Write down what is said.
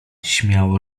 śmiało